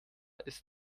ist